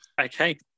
okay